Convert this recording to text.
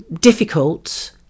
difficult